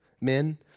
men